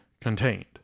contained